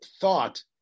thought